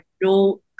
no